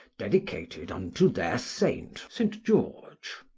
dedicated unto their saint, st. george.